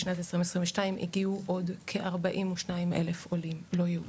בשנת 2022 הגיעו עוד כ-42,000 עולים לא יהודים.